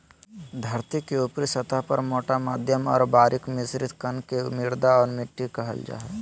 धरतीके ऊपरी सतह पर मोटा मध्यम और बारीक मिश्रित कण के मृदा और मिट्टी कहल जा हइ